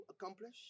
accomplish